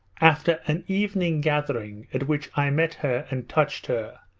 after an evening gathering at which i met her and touched her,